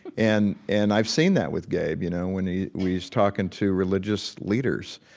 and and i've seen that with gabe, you know, when he was talking to religious leaders.